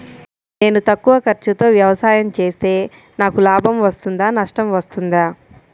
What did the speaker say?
నేను తక్కువ ఖర్చుతో వ్యవసాయం చేస్తే నాకు లాభం వస్తుందా నష్టం వస్తుందా?